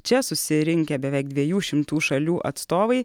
čia susirinkę beveik dviejų šimtų šalių atstovai